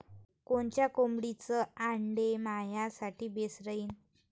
कोनच्या कोंबडीचं आंडे मायासाठी बेस राहीन?